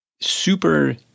super